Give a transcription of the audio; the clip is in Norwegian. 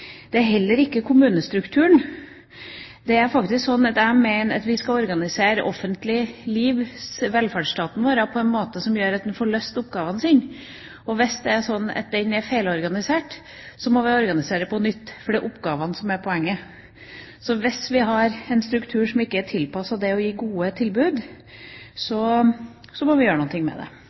strukturer og heller ikke kommunestrukturen. Jeg mener at vi skal organisere den offentlige velferdsstaten på en slik måte at en får løst oppgavene sine. Hvis det er slik at den er feilorganisert, må vi organisere på nytt, for det er oppgavene som er poenget. Hvis vi har en struktur som ikke er tilpasset det å gi gode tilbud, må vi gjøre noe med det.